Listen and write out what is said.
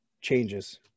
changes